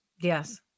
Yes